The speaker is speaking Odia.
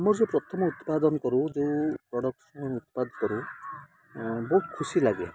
ମୁଁ ଯେଉଁ ପ୍ରଥମେ ଉତ୍ପାଦନ କରୁ ଯେଉଁ ପ୍ରଡ଼କ୍ଟ ଉତ୍ପାଦ କରୁ ବହୁତ ଖୁସି ଲାଗେ